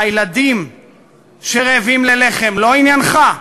הילדים שרעבים ללחם לא עניינך?